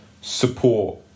support